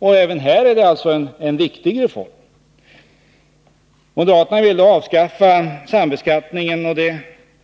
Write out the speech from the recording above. Även här är det alltså fråga om en viktig reform. Moderaterna vill avskaffa sambeskattningen, och det